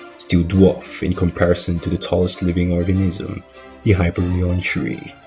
still dwarfed in comparison to the tallest living organism the hyperion tree